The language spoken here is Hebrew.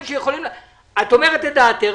את אומרת את דעתך,